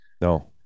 No